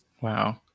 Wow